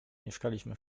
mieszkaliśmy